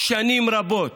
שנים רבות